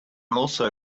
also